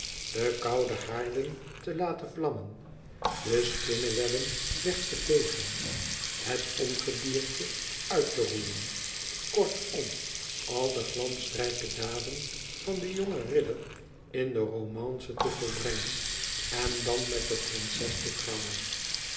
d koude haarden te laten vlammen de spinnewebben weg te vegen het ongedierte uit te roeien kortom al de glansrijke daden van den jongen ridder in de romance te volbrengen en dan met de prinses te trouwen